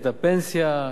את קרן ההשתלמות,